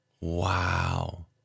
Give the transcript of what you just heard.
wow